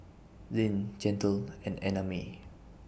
Zayne Chantal and Annamae